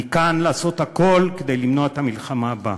אני כאן לעשות הכול כדי למנוע את המלחמה הבאה.